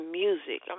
music